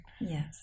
Yes